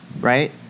right